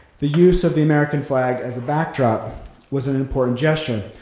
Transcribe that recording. the use of the american flag as a backdrop was an important gesture.